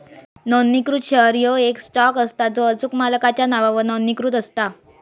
नोंदणीकृत शेअर ह्यो येक स्टॉक असता जो अचूक मालकाच्या नावावर नोंदणीकृत असता